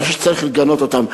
אני חושב שצריך לגנות אותה.